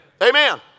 Amen